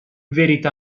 verità